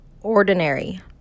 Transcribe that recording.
Ordinary